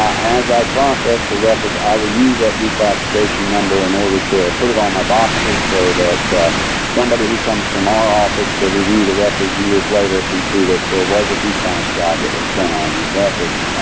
as i process the records i will use that declassification number in order to put it on my boxes so that somebody who comes from our office to review the records years later can see that there was a declass job that was done on these records.